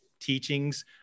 teachings